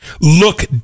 look